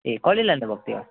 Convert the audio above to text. ए कहिले लानु भएको थियो